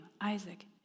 Isaac